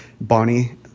Bonnie